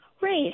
Right